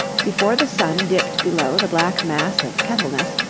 before the sun dipped below the black mass of kettleness,